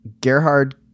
Gerhard